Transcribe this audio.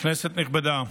כנסת נכבדה,